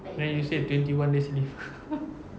then you say twenty one days leave